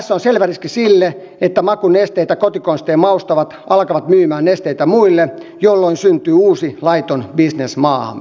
tässä on selvä riski sille että makunesteitä kotikonstein maustavat alkavat myymään nesteitä muille jolloin syntyy uusi laiton bisnes maahamme